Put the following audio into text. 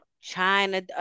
China